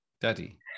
daddy